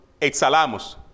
exhalamos